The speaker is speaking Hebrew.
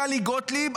טלי גוטליב,